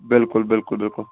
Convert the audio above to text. بلکل بلکل بلکل